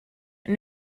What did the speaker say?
and